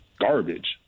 garbage